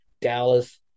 Dallas